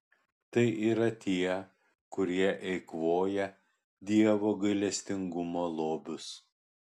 tai yra tie kurie eikvoja dievo gailestingumo lobius